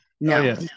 No